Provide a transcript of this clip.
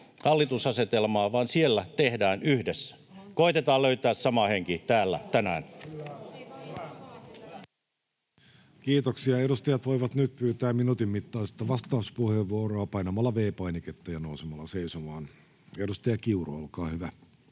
oppositio—hallitus-asetelmaa, vaan siellä tehdään yhdessä. Koetetaan löytää sama henki täällä tänään. Kiitoksia. — Edustajat voivat nyt pyytää minuutin mittaista vastauspuheenvuoroa painamalla V-painiketta ja nousemalla seisomaan. — Edustaja Krista Kiuru, olkaa hyvä.